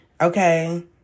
okay